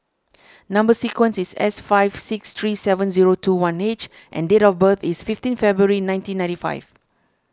Number Sequence is S five six three seven zero two one H and date of birth is fifteen February nineteen ninety five